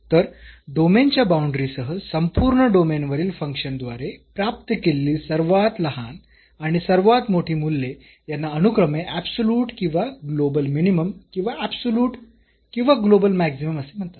तर डोमेनच्या बाऊंडरी सह संपूर्ण डोमेनवरील फंक्शनद्वारे प्राप्त केलेली सर्वात लहान आणि सर्वात मोठी मूल्ये यांना अनुक्रमे ऍबसोल्युट किंवा ग्लोबल मिनिमम किंवा ऍबसोल्युट किंवा ग्लोबल मॅक्सिमम असे म्हणतात